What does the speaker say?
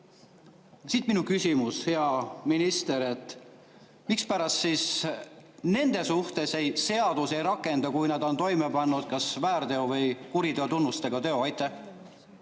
Siit mu küsimus, hea minister: mispärast siis nende suhtes seadus ei rakendu, kui nad on toime pannud väärteo või kuriteotunnustega teo? Aitäh,